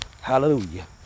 Hallelujah